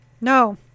No